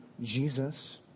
Jesus